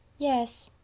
yes,